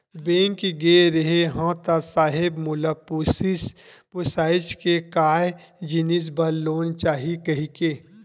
Bank गे रेहे हंव ता साहेब मोला पूछिस पुछाइस के काय जिनिस बर लोन चाही कहिके?